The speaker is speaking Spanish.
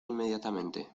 inmediatamente